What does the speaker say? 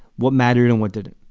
what mattered and what didn't.